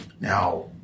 Now